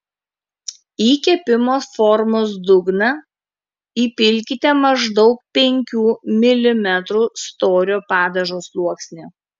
į kepimo formos dugną įpilkite maždaug penkių milimetrų storio padažo sluoksnį